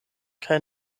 kaj